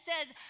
says